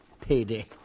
Payday